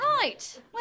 Right